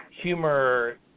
humor